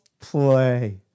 play